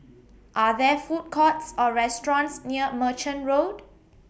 Are There Food Courts Or restaurants near Merchant Road